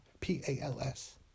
P-A-L-S